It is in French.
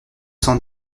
cent